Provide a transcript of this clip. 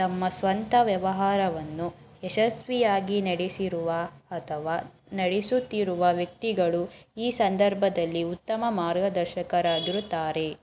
ತಮ್ಮ ಸ್ವಂತ ವ್ಯವಹಾರವನ್ನು ಯಶಸ್ವಿಯಾಗಿ ನಡೆಸಿರುವ ಅಥವಾ ನಡೆಸುತ್ತಿರುವ ವ್ಯಕ್ತಿಗಳು ಈ ಸಂದರ್ಭದಲ್ಲಿ ಉತ್ತಮ ಮಾರ್ಗದರ್ಶಕರಾಗುತ್ತಾರೆ